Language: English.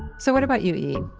so what about you, e?